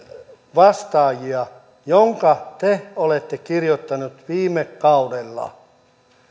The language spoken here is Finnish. vastaajia jonka te olette kirjoittaneet viime kaudella